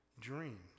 dreams